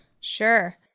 Sure